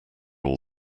all